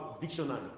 dictionary